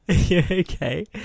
Okay